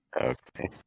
Okay